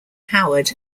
howard